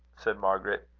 said margaret,